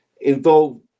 involved